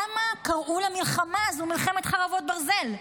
למה קראו למלחמה הזו מלחמת חרבות ברזל?